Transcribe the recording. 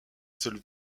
seule